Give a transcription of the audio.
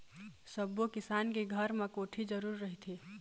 सब्बो किसान के घर म कोठी जरूर रहिथे